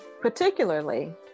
particularly